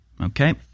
Okay